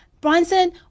Bronson